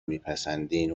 میپسندین